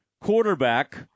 quarterback